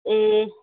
ए